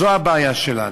זו הבעיה שלנו.